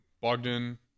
Bogdan